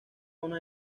una